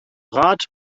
rat